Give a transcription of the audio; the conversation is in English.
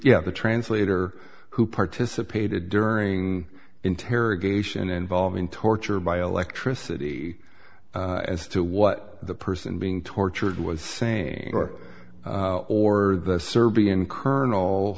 s the translator who participated during interrogation involving torture by electricity as to what the person being tortured was saying or or the serbian colonel